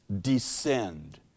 descend